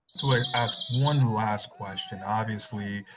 to like ask one last question. obviously,